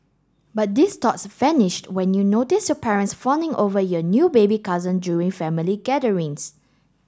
but these thoughts vanished when you notice your parents fawning over your new baby cousin during family gatherings